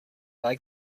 like